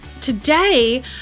today